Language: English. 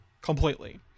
completely